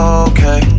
okay